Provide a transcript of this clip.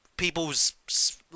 people's